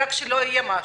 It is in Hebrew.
רק שלא יהיה משהו.